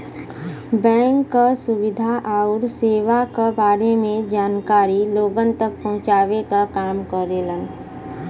bank क सुविधा आउर सेवा क बारे में जानकारी लोगन तक पहुँचावे क काम करेलन